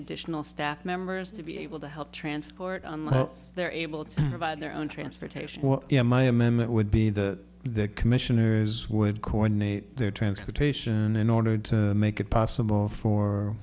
additional staff members to be able to help transport on they're able to provide their own transportation well my amendment would be that the commissioners would coordinate their transportation in order to make it possible for